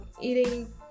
eating